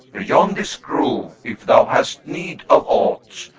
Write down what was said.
beyond this grove if thou hast need of aught,